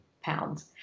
pounds